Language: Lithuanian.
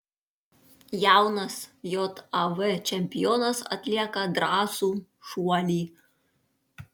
jaunas jav čempionas atlieka drąsų šuolį